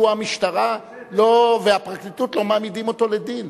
מדוע המשטרה והפרקליטות לא מעמידות אותו לדין?